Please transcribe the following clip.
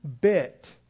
bit